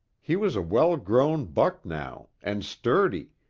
he was a well-grown buck now, and sturdy,